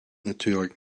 natuurlijk